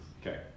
Okay